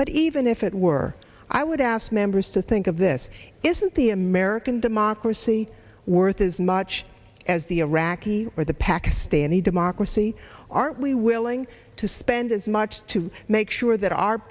but even if it were i would ask members to think of this isn't the american democracy worth as much as the iraqi or the pakistani democracy are we willing to spend as much to make sure that